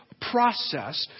process